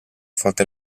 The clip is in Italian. forte